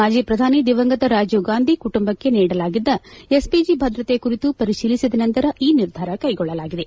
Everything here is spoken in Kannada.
ಮಾಜಿ ಪ್ರಧಾನಿ ದಿವಂಗತ ರಾಜೀವ್ಗಾಂಧಿ ಕುಟುಂಬಕ್ಕೆ ನೀಡಲಾಗಿದ್ದ ಎಸ್ಪಿಜಿ ಭದ್ರತೆ ಕುರಿತು ಪರಿಶೀಲಿಸಿದ ನಂತರ ಈ ನಿರ್ಧಾರ ಕ್ಷೆಗೊಳ್ಳಲಾಗಿದೆ